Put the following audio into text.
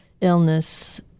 illness